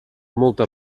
molta